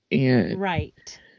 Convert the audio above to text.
Right